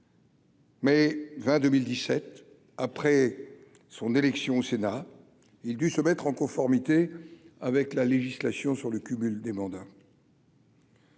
Mais 22 2017 après son élection au Sénat, il dut se mettre en conformité avec la législation sur le cumul des mandats.